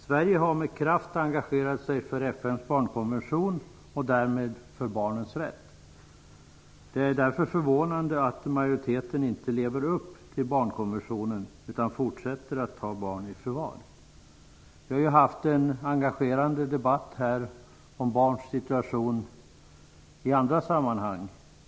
Sverige har med kraft engagerat sig för FN:s barnkonvention och därmed för barnens rätt. Därför är det förvånande att majoriteten inte vill leva upp till barnkonventionen utan vill fortsätta att ta barn i förvar. Det har i dag förts en engagerad debatt om barnens situation i andra sammanhang.